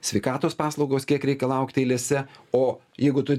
sveikatos paslaugos kiek reikia laukti eilėse o jeigu tu